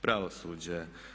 Pravosuđe.